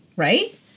Right